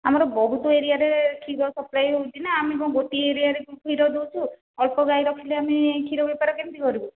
ଆମର ବହୁତ ଏରିଆରେ କ୍ଷୀର ସପ୍ଲାଏ ହେଉଛି ନା ଆମେ କ'ଣ ଗୋଟିଏ ଏରିଆରେ କ୍ଷୀର ଦେଉଛୁ ଅଳ୍ପ ଗାଈ ରଖିଲେ ଆମେ କ୍ଷୀର ବେପାର କେମିତି କରିବୁ